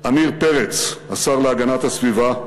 עמיר פרץ, השר להגנת הסביבה,